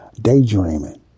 daydreaming